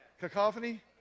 Cacophony